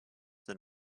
than